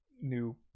new